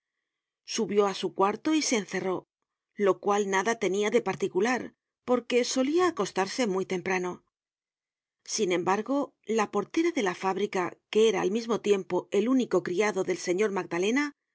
subió á su cuarto y se encerró lo cual nada tenia de particular porque solia acostarse muy temprano sin embargo la portera de la fábrica que era al mismo tiempo el único criado del señor magdalena